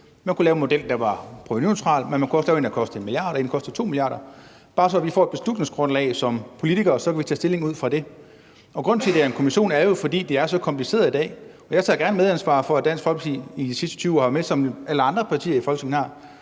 Man kunne lave en model, der var provenuneutral, men man kunne også lave en, der kostede 1 mia. kr., og en, der kostede 2 mia. kr. Det er bare, så vi får et beslutningsgrundlag som politikere, og så kan vi tage stilling ud fra det. Grunden til, at det er en kommission, er jo, at det er så kompliceret i dag. Jeg tager gerne medansvar for, at Dansk Folkeparti i de sidste 20 år har været medvirkende sammen med alle andre partier i Folketinget her,